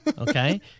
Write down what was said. okay